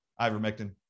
Ivermectin